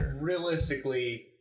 realistically